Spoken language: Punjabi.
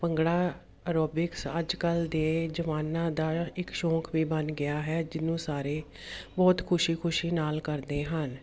ਭੰਗੜਾ ਅਰੋਬਿਕਸ ਅੱਜ ਕੱਲ੍ਹ ਦੇ ਜਵਾਨਾਂ ਦਾ ਇੱਕ ਸ਼ੌਂਕ ਵੀ ਬਣ ਗਿਆ ਹੈ ਜਿਹਨੂੰ ਸਾਰੇ ਬਹੁਤ ਖੁਸ਼ੀ ਖੁਸ਼ੀ ਨਾਲ ਕਰਦੇ ਹਨ